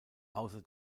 außer